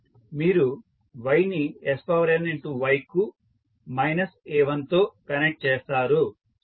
మీరు y ని sny కు మైనస్ a1 తో కనెక్ట్ చేస్తారు